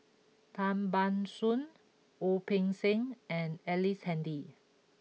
Tan Ban Soon Wu Peng Seng and Ellice Handy